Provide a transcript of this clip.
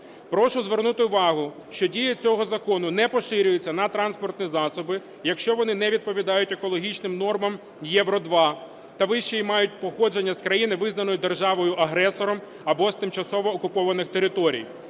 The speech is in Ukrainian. Прошу звернути увагу, що дія цього закону не поширюється на транспортні засоби, якщо вони не відповідають екологічним нормам Євро-2 та вище і мають походження з країни, визнаної державою-агресором, або з тимчасово окупованих територій.